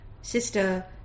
Sister